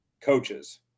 coaches